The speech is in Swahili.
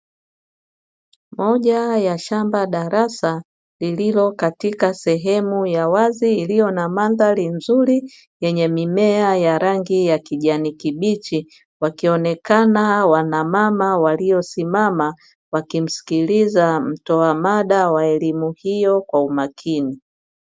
Moja ya shamba darasa lililo katika sehemu ya wazi iliyo na mandhari nzuri, yenye mimea ya rangi ya kijani kibichi, wakionekana wanamama waliosimama wakimsikiliza mtoa mada wa elimu hiyo kwa umakini.